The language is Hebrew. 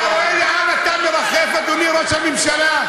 אתה רואה לאן אתה מרחף, אדוני ראש הממשלה?